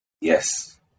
Yes